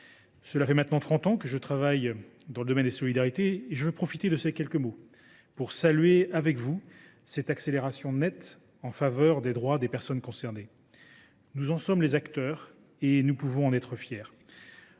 Cela fait maintenant trente ans que je travaille dans le domaine des solidarités et je veux profiter de ces quelques mots pour saluer avec vous cette claire accélération en faveur des droits des personnes concernées. Nous en sommes les acteurs, et nous pouvons en être fiers.